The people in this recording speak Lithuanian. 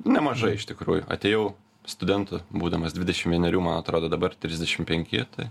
nemažai iš tikrųjų atėjau studentu būdamas dvidešim vienerių man atrodo dabar trisdešim penki tai